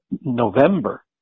November